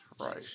right